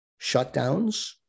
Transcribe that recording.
shutdowns